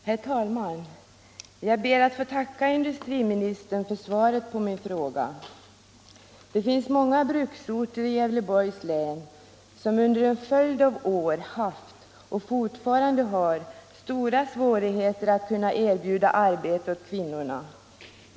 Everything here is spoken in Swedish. Herr talman! Jag ber att få tacka industriministern för svaret på min fråga. Det finns många bruksorter i Gävleborgs län som under en följd av år haft och fortfarande har stora svårigheter att erbjuda arbete åt kvinnorna.